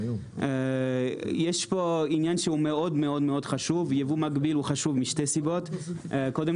ייבוא מקביל חשוב משתי סיבות - אחת,